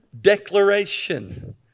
declaration